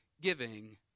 giving